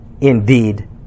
indeed